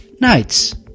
Nights